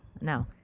No